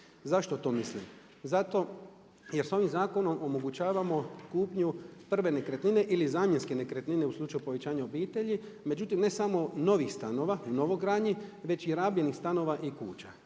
Zašto to mislim? Zato jer sa ovim zakonom omogućavamo kupnju prve nekretnine ili zamjenske nekretnine u slučaju povećanja obitelji. Međutim ne samo novih stanova, u novogradnji već i rabljenih stanova i kuća.